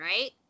right